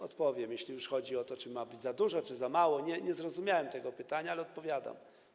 Odpowiem, jeśli już chodzi o to, czy ma być za dużo, czy za mało, nie zrozumiałem tego pytania, ale odpowiadam.